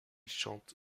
chante